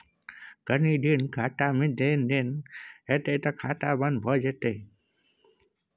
कनी दिन खातामे लेन देन नै हेतौ त खाता बन्न भए जेतौ